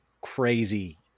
crazy